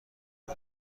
دور